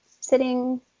sitting